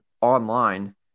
online